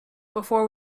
before